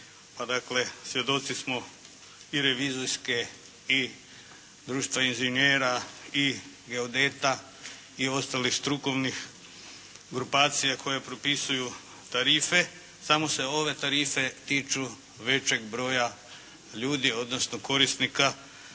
svjedoci smo i revizorske i društva inženjera i geodeta, i ostalih strukovnih grupacija koje propisuju tarife, samo se ove tarife tiču većeg broja ljudi odnosno korisnika